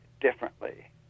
differently